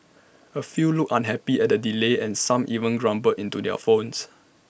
A few looked unhappy at the delay and some even grumbled into their phones